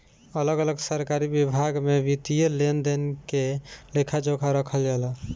अलग अलग सरकारी विभाग में वित्तीय लेन देन के लेखा जोखा रखल जाला